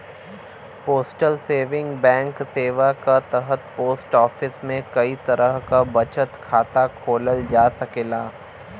postal saving bank सेवा क तहत पोस्ट ऑफिस में कई तरह क बचत खाता खोलल जा सकेला